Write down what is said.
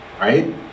Right